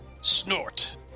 snort